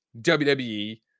WWE